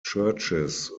churches